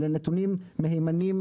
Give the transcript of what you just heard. אלה נתונים מהימנים,